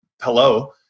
hello